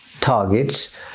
targets